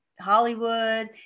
Hollywood